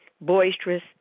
Boisterous